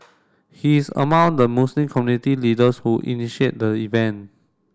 he is among the Muslim community leaders who initiate the event